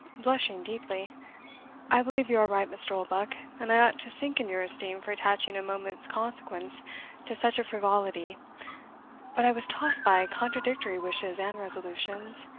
blushing deeply i believe you are right, mr. oldbuck, and i ought to sink in your esteem for attaching a moment's consequence to such a frivolity but i was tossed by contradictory wishes and resolutions,